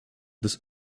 this